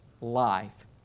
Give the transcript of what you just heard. life